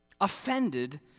Offended